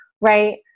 Right